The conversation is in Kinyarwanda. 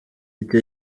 icyo